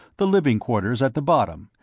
the living quarters at the bottom,